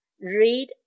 Read